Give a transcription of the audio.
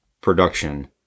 production